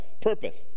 Purpose